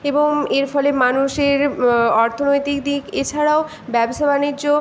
এবং এর ফলে মানুষের অর্থনৈতিক দিক এছাড়াও ব্যবসা বাণিজ্য